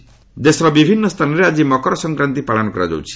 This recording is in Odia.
ମକର ସଂକ୍ରାନ୍ତି ଦେଶର ବିଭିନ୍ନ ସ୍ଥାନରେ ଆଜି ମକର ସଂକ୍ରାନ୍ତି ପାଳନ କରାଯାଉଛି